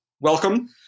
welcome